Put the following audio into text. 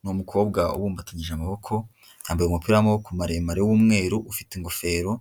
Ni umukobwa ubumbatanyije amaboko, yambaye umupira w'amaboko maremare w'umweru ufite ingofero.